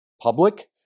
public